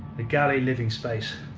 the galley living space,